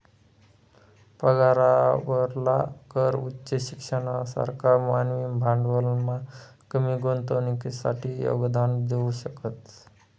पगारावरला कर उच्च शिक्षणना सारखा मानवी भांडवलमा कमी गुंतवणुकसाठे योगदान देऊ शकतस